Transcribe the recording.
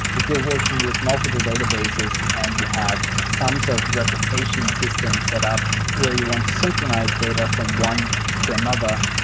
if you're working with multiple databases and you have some sort of replication system set up where you want to synchronize data from one to another,